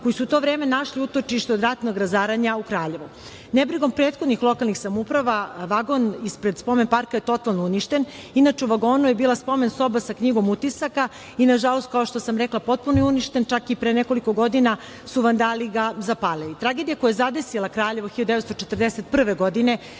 koji su u to vreme našli utočište od ratnog razaranja u Kraljevu. Nebrigom prethodnih lokalnih samouprava vagon ispred spomen parka je totalno uništen. Inače, u vagonu je bila spomen soba sa knjigom utisaka i nažalost, kao što sam rekla, potpuno je uništen. Čak i pre nekoliko godina su ga vandali zapalili. Tragedija koja je zadesila Kraljevo 1941. godine